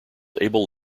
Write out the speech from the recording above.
able